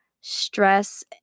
stress